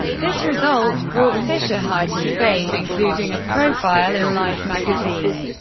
this result brought fischer heightened fame, including a profile in life magazine.